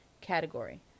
category